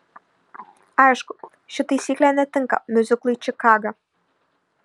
aišku ši taisyklė netinka miuziklui čikaga